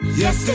yes